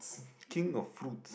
king of fruits